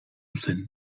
zen